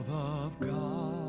of god